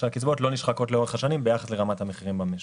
שהקצבאות לא נשחקות לאורך השנים ביחס לרמת המחירים במשק.